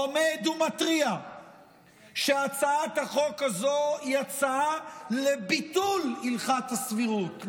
עומד ומתריע שהצעת החוק הזו היא הצעה לביטול הלכת הסבירות,